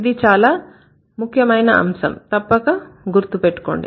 ఇది చాలా ముఖ్యమైన అంశం తప్పక గుర్తు పెట్టుకోండి